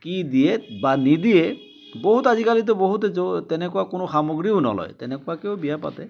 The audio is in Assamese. কি দিয়ে বা নিদিয়ে বহুত আজিকালিটো বহুতে জ তেনেকুৱা কোনো সামগ্ৰীও নলয় তেনেকুৱাকেও বিয়া পাতে